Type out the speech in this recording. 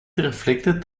reflected